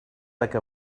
like